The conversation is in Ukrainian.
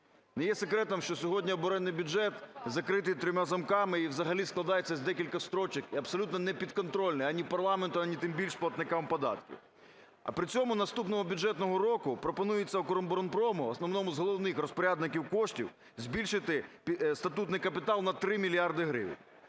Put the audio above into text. Не є секретом, що сьогодні оборонний бюджет закритий трьома замками і взагалі складається з декількох строчок і абсолютно не підконтрольний ані парламенту, ані тим більше платникам податків. А при цьому наступного бюджетного року пропонується "Укроборонпрому", основному з головних розпорядників коштів, збільшити статутний капітал на 3 мільярди